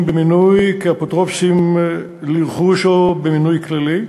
במינוי כאפוטרופוסים לרכוש או במינוי כללי,